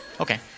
Okay